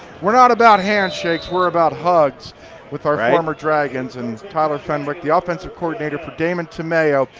we are not about hand shakes, we are about hugs with our former dragons. and tyler fenwick, the offensive coordinator, for damien tomayo,